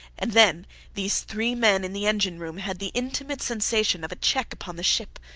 and then these three men in the engineroom had the intimate sensation of a check upon the ship,